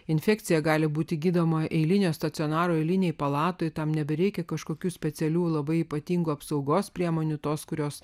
infekcija gali būti gydoma eilinio stacionaro eilinėje palatoje tam nebereikia kažkokių specialių labai ypatingų apsaugos priemonių tos kurios